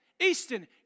Easton